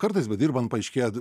kartais bedirbant paaiškėja